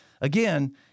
Again